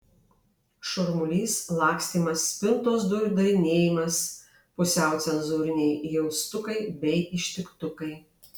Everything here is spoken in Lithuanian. šurmulys lakstymas spintos durų darinėjimas pusiau cenzūriniai jaustukai bei ištiktukai